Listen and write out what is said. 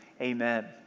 amen